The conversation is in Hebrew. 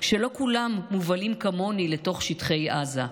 שלא כולם מובלים כמוני לתוך שטחי עזה,